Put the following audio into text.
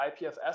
IPFS